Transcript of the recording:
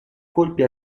colpi